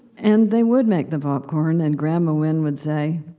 and they would make the popcorn, and grandma win would say,